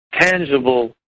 tangible